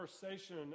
conversation